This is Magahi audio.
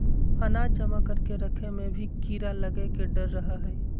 अनाज जमा करके रखय मे भी कीड़ा लगय के डर रहय हय